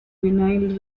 vinyl